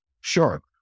Sure